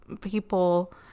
people